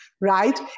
right